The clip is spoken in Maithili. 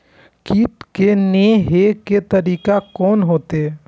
कीट के ने हे के तरीका कोन होते?